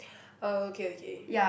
okay okay